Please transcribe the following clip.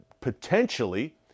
potentially